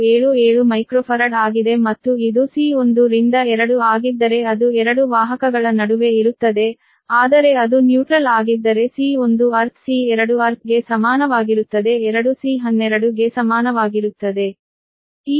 00477 microfarad ಆಗಿದೆ ಮತ್ತು ಇದು C 1 ರಿಂದ 2 ಆಗಿದ್ದರೆ ಅದು 2 ವಾಹಕಗಳ ನಡುವೆ ಇರುತ್ತದೆ ಆದರೆ ಅದು ತಟಸ್ಥವಾಗಿದ್ದರೆ C1 ಅರ್ಥ್ C2 ಅರ್ಥ್ ಗೆ ಸಮಾನವಾಗಿರುತ್ತದೆ 2 C12 ಗೆ ಸಮಾನವಾಗಿರುತ್ತದೆ